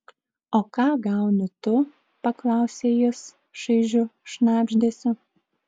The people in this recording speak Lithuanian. o ką gauni tu paklausė jis šaižiu šnabždesiu